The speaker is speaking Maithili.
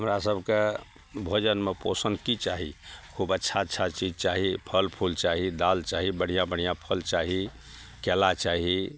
हमरा सबकेँ भोजनमे पोषण की चाही खूब अच्छा अच्छा चीज चाही फल फूल चाही दाल चाही बढ़िआँ बढ़िआँ फल चाही केला चाही